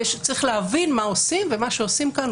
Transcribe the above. צריך להבין מה עושים ומה שעושים כאן